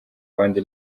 abandi